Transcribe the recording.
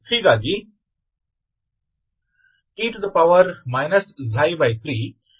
ಹೀಗಾಗಿ e 3